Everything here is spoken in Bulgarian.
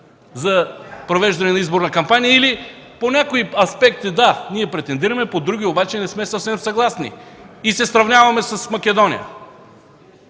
за провеждане на изборна кампания, или по някои аспекти – да, претендираме, по други обаче не сме съвсем съгласни! И се сравняваме с Македония!